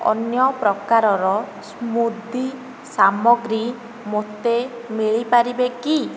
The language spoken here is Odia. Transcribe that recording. ଅନ୍ୟ ପ୍ରକାରର ସ୍ମୁଦି ସାମଗ୍ରୀ ମୋତେ ମିଳିପାରିବ କି